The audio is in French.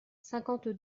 cinquante